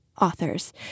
authors